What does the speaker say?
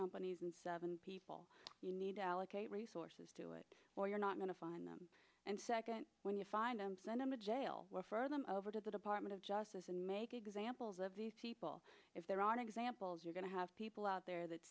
companies and seven people you need to allocate resources to it or you're not going to find them and second when you find them send him a jail for them over to the department of justice and make examples of these people if there aren't examples you're going to have people out there that